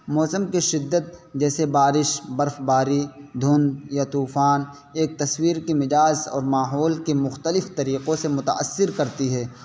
موسم کی شدت جیسے بارش برف باری دھند یا طوفان ایک تصویر کی مزاج اور ماحول کے مختلف طریقوں سے متأثر کرتی ہے